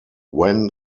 when